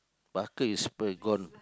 bucket you spill gone